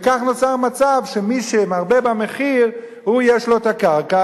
וכך נוצר מצב שמי שמרבה במחיר יש לו הקרקע,